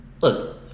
Look